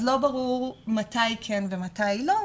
אז לא ברור מתי כן ומתי לא,